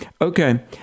Okay